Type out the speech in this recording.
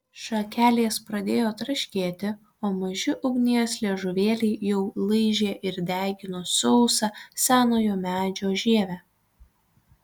šakelės pradėjo traškėti o maži ugnies liežuvėliai jau laižė ir degino sausą senojo medžio žievę